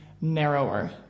narrower